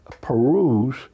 peruse